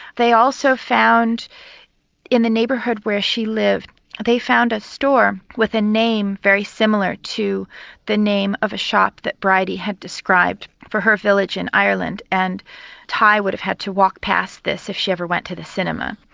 they also found in the neighbourhood where she lived they found a store with a name very similar to the name of a shop that bridey had described for her village in ireland and tighe would have had to walk past this if she ever went to the cinema.